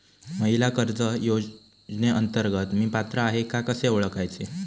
महिला कर्ज योजनेअंतर्गत मी पात्र आहे का कसे ओळखायचे?